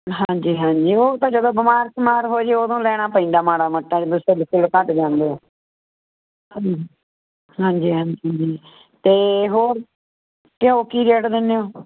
ਹਾਂਜੀ ਹਾਂਜੀ ਉਹ ਤਾਂ ਜਦੋਂ ਬਿਮਾਰ ਸਮਾਰ ਹੋਜੇ ਉਦੋਂ ਲੈਣਾ ਪੈਂਦਾ ਮਾੜਾ ਮੋਟਾ ਜਦੋਂ ਸੈੱਲ ਸੂੱਲ ਘੱਟ ਜਾਂਦੇ ਐ ਹਾਂਜੀ ਹਾਂਜੀ ਜੀ ਤੇ ਹੋਰ ਘਿਓ ਕੀ ਰੇਟ ਦਿਨੇ ਓ